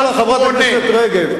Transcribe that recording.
לומר לחברת הכנסת רגב,